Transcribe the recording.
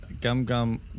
Gum-Gum